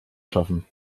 schaffen